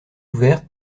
ouverte